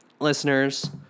listeners